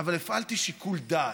אבל הפעלתי שיקול דעת.